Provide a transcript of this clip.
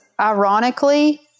ironically